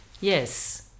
Yes